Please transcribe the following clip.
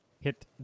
Hit